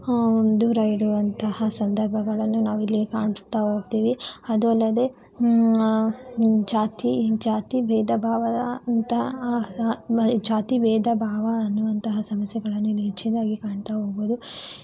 ದೂರ ಇಡುವಂತಹ ಸಂದರ್ಭಗಳನ್ನು ನಾವು ಇಲ್ಲಿ ಕಾಣ್ತಾಹೋಗ್ತೀವಿ ಅದು ಅಲ್ಲದೆ ಜಾತಿ ಜಾತಿ ಭೇದ ಭಾವ ಅಂತಹ ಜಾತಿ ಭೇದ ಭಾವ ಅನ್ನುವಂತಹ ಸಮಸ್ಯೆಗಳನ್ನು ಇಲ್ಲಿ ಹೆಚ್ಚಿನದ್ದಾಗಿ ಕಾಣ್ತಾಹೋಗ್ಬೋದು